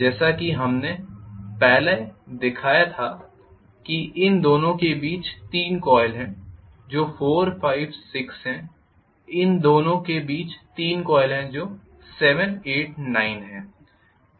जैसा कि हमने पहले दिखाया था कि इन दोनों के बीच 3 कॉइल हैं जो 4 5 6 हैं इन दोनों के बीच 3 कॉइल हैं जो 7 8 9 हैं